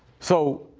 so,